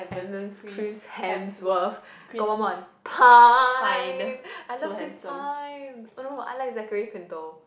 and then Chris Hemsworth got one one Pine I love Chris Pine oh no I like Zachary Quinto